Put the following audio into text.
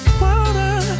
water